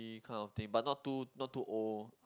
that kind of thing but not too not too old